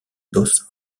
dos